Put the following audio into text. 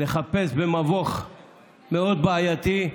לחפש במבוך מאוד בעייתי,